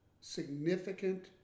significant